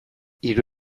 hiru